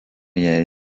jai